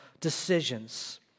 decisions